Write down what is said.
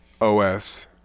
os